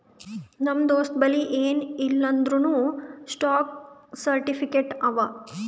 ನಮ್ ದೋಸ್ತಬಲ್ಲಿ ಎನ್ ಇಲ್ಲ ಅಂದೂರ್ನೂ ಸ್ಟಾಕ್ ಸರ್ಟಿಫಿಕೇಟ್ ಅವಾ